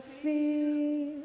feel